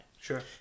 Sure